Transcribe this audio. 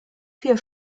vier